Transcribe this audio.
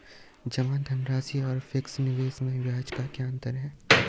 जमा धनराशि और फिक्स निवेश में ब्याज का क्या अंतर है?